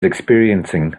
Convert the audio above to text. experiencing